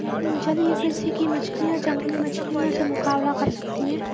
जलीय कृषि की मछलियां जंगली मछलियों से मुकाबला कर सकती हैं